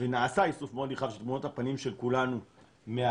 ונעשה איסוף מאוד נרחב של תמונות הפנים של כולנו מהאינטרנט